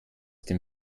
dem